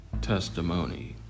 Testimony